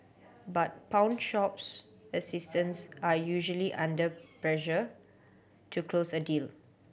but pawnshops assistance are usually under pressure to close a deal